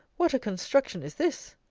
what a construction is this!